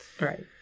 Right